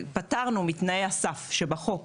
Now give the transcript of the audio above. פטרנו מתנאי הסף שבחוק